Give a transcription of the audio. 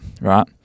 right